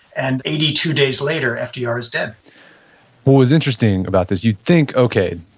and eighty two days later, fdr is dead what was interesting about this, you'd think, okay,